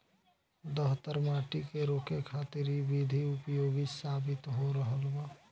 दहतर माटी के रोके खातिर इ विधि उपयोगी साबित हो रहल बा